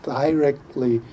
directly